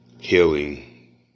healing